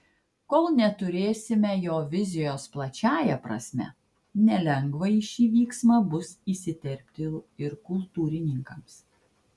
kol neturėsime jo vizijos plačiąja prasme nelengva į šį vyksmą bus įsiterpti ir kultūrininkams